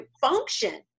function